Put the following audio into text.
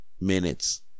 minutes